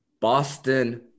Boston